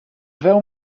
veu